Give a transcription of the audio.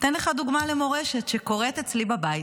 אתן לך דוגמה למורשת שקורית אצלי בבית,